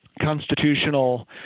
constitutional